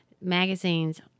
magazines